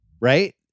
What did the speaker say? Right